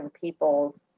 people's